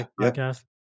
Yes